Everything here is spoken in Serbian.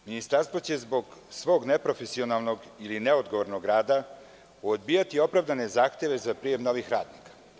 Ministarstvo će zbog svog neprofesionalnog ili neodgovornog rada odbijati opravdane zahteve za prijem novih radnika.